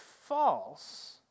false